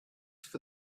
for